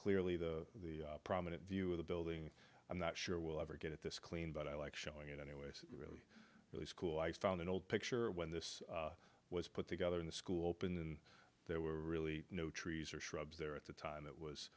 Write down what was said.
clearly the prominent view of the building i'm not sure we'll ever get at this clean but i like showing it anyway so really school i found an old picture when this was put together in the school open there were really no trees or shrubs there at the time it was